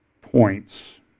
points